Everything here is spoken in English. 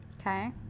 Okay